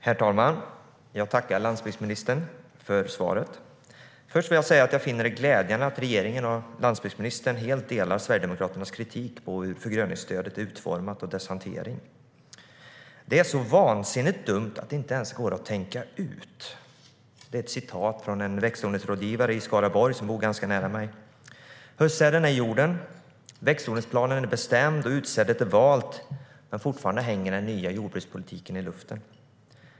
Herr talman! Jag tackar landsbygdsministern för svaret. Jag finner det glädjande att regeringen och landsbygdsministern helt delar Sverigedemokraternas kritik mot hur förgröningsstödet är utformat och hur det hanteras. Det är så vansinnigt dumt att det inte ens går att tänka ut. Så sa en växtodlingsrådgivare i Skaraborg som bor ganska nära mig. Höstsäden är i jorden. Växtodlingsplanen är bestämd. Utsädet är valt. Men fortfarande hänger den nya jordbrukspolitiken i luften.